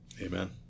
Amen